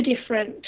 different